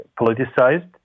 politicized